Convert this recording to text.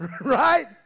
right